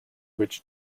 which